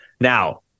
Now